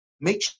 Make